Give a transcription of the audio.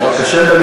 פעם שר תמיד